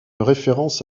référence